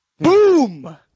Boom